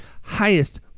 highest